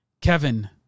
Kevin